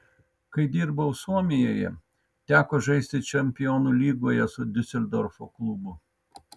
kai dirbau suomijoje teko žaisti čempionų lygoje su diuseldorfo klubu